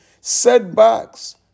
setbacks